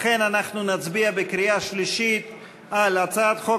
לכן אנחנו נצביע בקריאה שלישית על הצעת חוק